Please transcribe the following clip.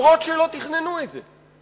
גם אם לא תכננו את זה.